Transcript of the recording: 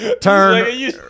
turn